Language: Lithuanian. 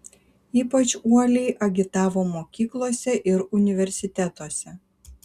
ypač uoliai agitavo mokyklose ir universitetuose